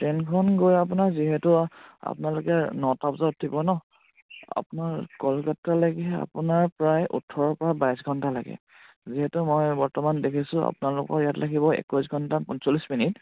ট্ৰেইনখন গৈ আপোনাৰ যিহেতু আপোনালোকে নটা বজাত উঠিব ন আপোনাৰ কলকাতালৈকেহে আপোনাৰ প্ৰায় ওঠৰৰ পৰা বাইছ ঘণ্টা লাগে যিহেতু মই বৰ্তমান দেখিছোঁ আপোনালোকৰ ইয়াত লাগিব একৈছ ঘণ্টা পঞ্চল্লিছ মিনিট